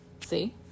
See